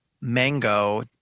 mango